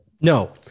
No